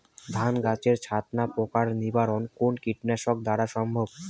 ধান গাছের ছাতনা পোকার নিবারণ কোন কীটনাশক দ্বারা সম্ভব?